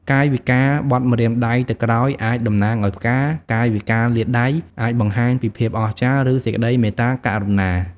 កាយវិការបត់ម្រាមដៃទៅក្រោយអាចតំណាងឱ្យផ្កា កាយវិការលាតដៃអាចបង្ហាញពីភាពអស្ចារ្យ ឬសេចក្ដីមេត្តាករុណា។